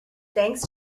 thanks